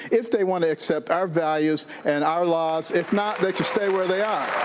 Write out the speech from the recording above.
if they want to accept our values and our laws. if not, they can stay where they are.